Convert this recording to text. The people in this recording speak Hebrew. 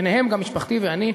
ביניהם גם משפחתי ואני,